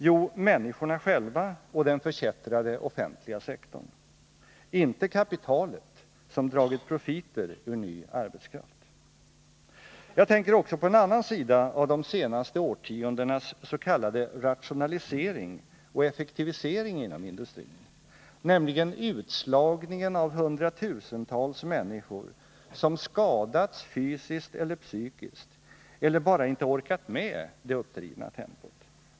Jo, människorna själva och den förkättrade offentliga sektorn, inte kapitalet som dragit profiter ur ny arbetskraft. Jag tänker också på en annan sida av de senaste årtiondenas s.k. rationalisering och effektivisering inom industrin, nämligen utslagningen av hundratusentals människor som skadats fysiskt eller psykiskt eller bara inte orkat med det uppdrivna tempot.